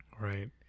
Right